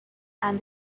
and